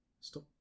Stop